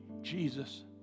Jesus